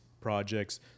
projects